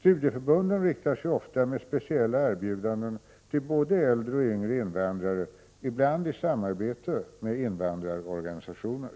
Studieförbunden riktar sig ofta med speciella erbjudanden till både äldre och yngre invandrare, ibland i samarbete med invandrarorganisationer.